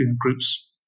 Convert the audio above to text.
groups